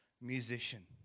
musician